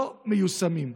לא מיושמים.